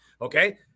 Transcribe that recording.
okay